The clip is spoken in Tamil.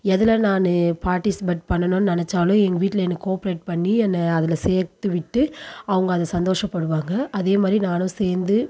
எதில் நான் பார்ட்டிசிபேட் பண்ணணும்னு நெனைச்சாலும் எங்கள் வீட்டில் என்னை கோஆப்ரேட் பண்ணி என்னை அதில் சேர்த்து விட்டு அவங்க அதை சந்தோஷப்படுவாங்க அதே மாதிரி நானும் சேர்ந்து